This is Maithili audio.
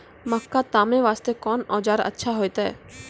मक्का तामे वास्ते कोंन औजार अच्छा होइतै?